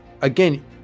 again